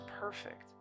perfect